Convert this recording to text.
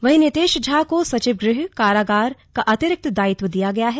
वहीं नितेश झा को सचिव गृह कारागार का अतिरिक्त दायित्व दिया गया है